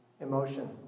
emotion